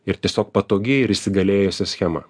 ir tiesiog patogi ir įsigalėjusi schema